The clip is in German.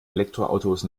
elektroautos